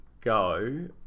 go